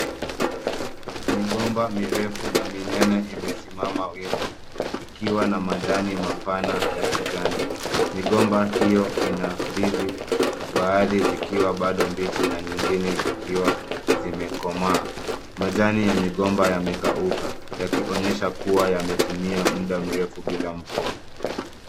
Migomba mirefu na minene imesimama wima ikiwa na majani mapana ya kijani. Migomba hio ina ndizi, baadhi zikiwa bado mbichi na nyingine zikiwa zimekomaa. Majani ya migomba yamekauka yakionyesha kuwa yametumia muda mrefu bila mvua.